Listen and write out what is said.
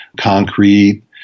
concrete